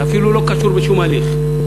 זה אפילו לא קשור בשום הליך.